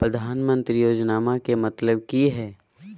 प्रधानमंत्री योजनामा के मतलब कि हय?